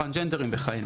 טרנסג׳נדרים וכולי.